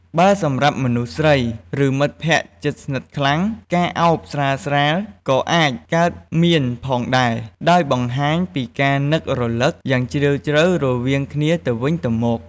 បើសម្រាប់មនុស្សស្រី ឬមិត្តភក្តិជិតស្និទ្ធខ្លាំង ការអោបស្រាលៗក៏អាចកើតមានផងដែរ ដោយបង្ហាញពីការនឹករលឹកយ៉ាងជ្រាលជ្រៅរវាងគ្នាទៅវិញទៅមក។